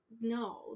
no